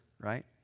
right